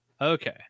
Okay